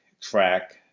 track